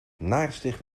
naarstig